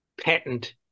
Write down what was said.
patent